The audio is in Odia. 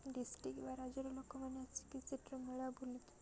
ଡିଷ୍ଟ୍ରିକ୍ ବା ରାଜ୍ୟର ଲୋକମାନେ ଆସିକି ସେଇଠାର ମେଳା ବୁଲିକି